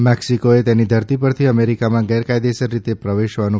મેક્સીકોએ તેની ધરતી પરથી અમેરિકામાં ગેરકાયદેસર રીતે પ્રવેશવાનો